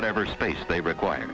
whatever space they require